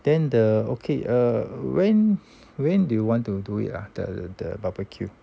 then the okay err when when do you want to do it ah the the barbecue